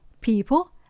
people